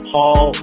Paul